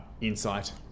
insight